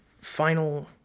final